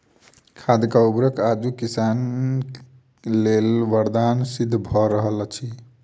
खाद वा उर्वरक आजुक किसान लेल वरदान सिद्ध भ रहल अछि